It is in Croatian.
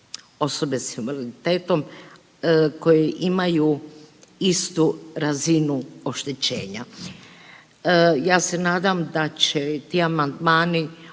osobe sa invaliditetom koji imaju istu razinu oštećenja. Ja se nadam da će ti amandmani